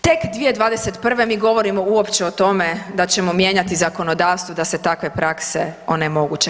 Tek 2021. mi govorimo uopće o tome da ćemo mijenjati zakonodavstvo da se takve prakse onemoguće.